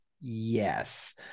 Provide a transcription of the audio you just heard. Yes